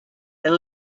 and